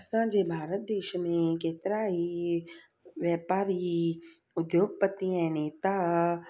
असांजे भारत देश में केतिरा ई वापारी उद्दयोगपति ऐं नेता